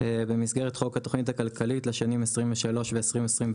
"במסגרת חוק התכנית הכלכלית לשנים 2023 ו-2024,